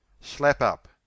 Slap-up